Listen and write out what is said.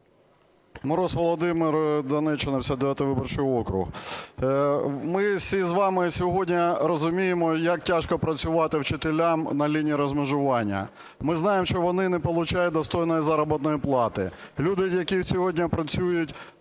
Мороз Володимир, Донеччина, 59 виборчий округ. Ми всі з вами сьогодні розуміємо, як тяжко працювати вчителям на лінії розмежування. Ми знаємо, що вони не получають достойної заробітної плати. Люди, які сьогодні працюють